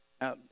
Now